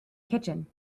kitchen